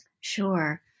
Sure